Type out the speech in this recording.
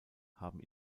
haben